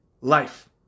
life